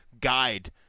guide